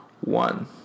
one